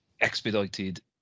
expedited